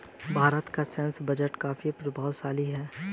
भारत का सैन्य बजट काफी प्रभावशाली है